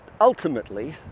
ultimately